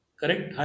correct